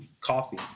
coffee